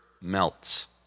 melts